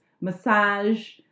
massage